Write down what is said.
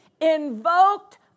invoked